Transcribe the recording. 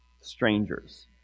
Strangers